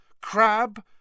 Crab